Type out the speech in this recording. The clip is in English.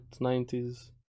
90s